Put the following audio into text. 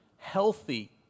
healthy